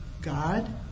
God